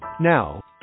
Now